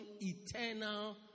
eternal